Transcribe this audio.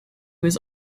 was